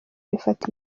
bifata